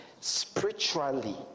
spiritually